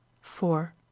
four